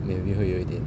maybe 会有一点